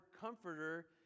comforter